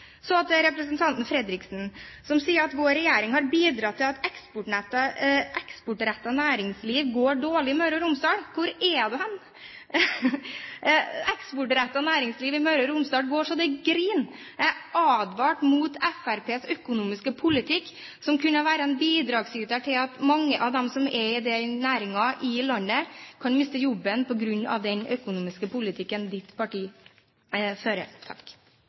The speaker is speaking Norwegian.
Så til representanten Fredriksen som sa at vår regjering har bidratt til at eksportrettet næringsliv går dårlig i Møre og Romsdal. Hvor er du hen? Eksportrettet næringsliv i Møre og Romsdal går så det griner. Jeg advarte mot Fremskrittspartiets økonomiske politikk. Den økonomiske politikken ditt parti fører, kan være en bidragsyter til at mange av dem som er i denne næringen i landet, kan miste jobben.